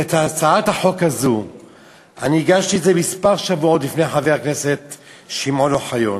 את הצעת החוק הזאת אני הגשתי כמה שבועות לפני חבר הכנסת שמעון אוחיון,